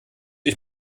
ich